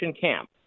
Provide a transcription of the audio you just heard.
camp